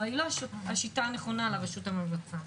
אבל היא לא השיטה הנכונה לרשות המבצעת.